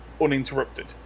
uninterrupted